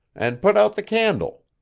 and put out the candle.